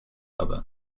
other